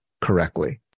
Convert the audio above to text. correctly